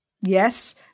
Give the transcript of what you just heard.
Yes